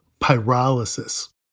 pyrolysis